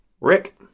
Rick